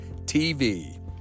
TV